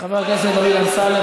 חבר הכנסת דוד אמסלם.